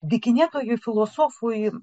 dykinėtojui filosofui